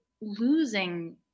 losing